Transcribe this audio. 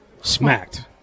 smacked